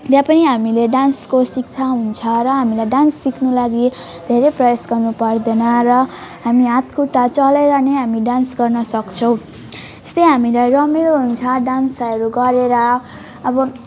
त्यहाँ पनि हामीले डान्सको शिक्षा हुन्छ र हामीलाई डान्स सिक्नु लागि धेरै प्रयास गर्नु पर्दैन र हामी हात खुट्टा चलाएर नै हामी डान्स गर्न सक्छौँ यस्तै हामीलाई रमाइलो हुन्छ डान्सहरू गरेर अब